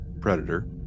Predator